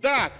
так.